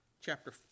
chapter